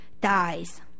dies